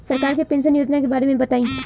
सरकार के पेंशन योजना के बारे में बताईं?